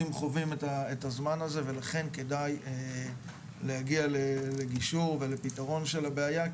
חווים את הזמן הזה ולכן כדאי להגיע לגישור ופתרון של הבעיה.